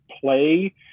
play